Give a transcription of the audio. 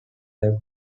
web